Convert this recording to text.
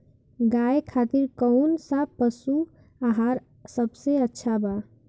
गाय खातिर कउन सा पशु आहार सबसे अच्छा बा?